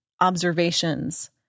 observations